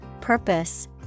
purpose